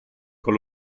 con